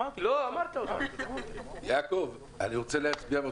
רגע, אתה רוצה שאני אחזור על ההסתייגויות שלי?